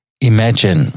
imagine